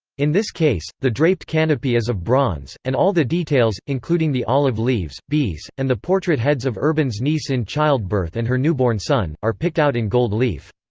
in this case, the draped canopy is of bronze, and all the details, including the olive leaves, bees, and the portrait heads of urban's niece in childbirth and her newborn son, are picked out in gold leaf.